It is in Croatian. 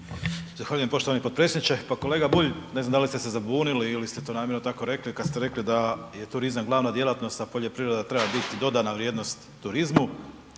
Zahvaljujem poštovani potpredsjedniče. Pa kolega Bulj, ne znam da li ste se zabunili ili ste namjerno to tako rekli kad ste rekli da je turizam glavna djelatnost a poljoprivreda treba biti dodana vrijednost turizmu,